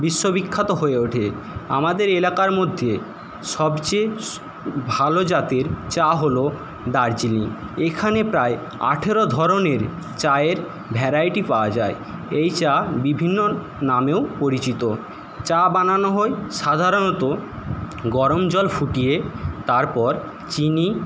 বিশ্ববিখ্যাত হয়ে ওঠে আমাদের এলাকার মধ্যে সবচেয়ে ভালো জাতের চা হল দার্জিলিং এখানে প্রায় আঠেরো ধরণের চায়ের ভ্যারাইটি পাওয়া যায় এই চা বিভিন্ন নামেও পরিচিত চা বানানো হয় সাধারণত গরম জল ফুটিয়ে তারপর চিনি